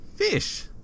Fish